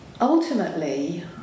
Ultimately